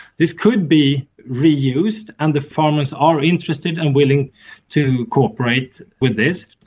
this could be reused, and the farmers are interested and willing to cooperate with this.